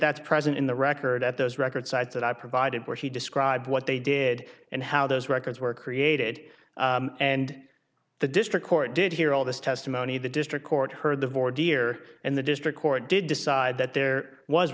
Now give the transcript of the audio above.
that's present in the record at those record sites that i provided where he described what they did and how those records were created and the district court did hear all this testimony the district court heard the board here and the district court did decide that there was